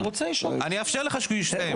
אני רוצה לשאול --- אני אאפשר לך כשהוא יסיים.